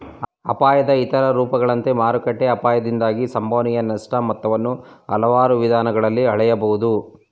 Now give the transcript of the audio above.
ಅಪಾಯದ ಇತರ ರೂಪಗಳಂತೆ ಮಾರುಕಟ್ಟೆ ಅಪಾಯದಿಂದಾಗಿ ಸಂಭವನೀಯ ನಷ್ಟ ಮೊತ್ತವನ್ನ ಹಲವಾರು ವಿಧಾನಗಳಲ್ಲಿ ಹಳೆಯಬಹುದು